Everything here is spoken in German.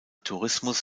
tourismus